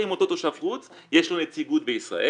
עם אותו תושב חוץ שיש לו נציגות בישראל,